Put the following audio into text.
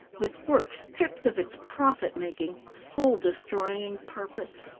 with work stripped of its profit-making, soul-destroying purpose.